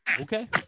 Okay